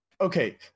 okay